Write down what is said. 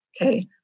okay